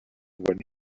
when